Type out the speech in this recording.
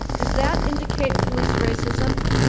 does that indicate police racism?